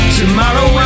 tomorrow